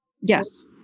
Yes